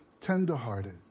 tenderhearted